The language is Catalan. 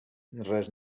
res